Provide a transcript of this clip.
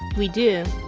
we do.